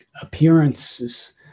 appearances